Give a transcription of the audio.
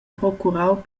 procurau